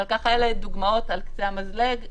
אבל אלה דוגמאות על קצה המזלג,